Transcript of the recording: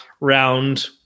round